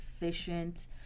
efficient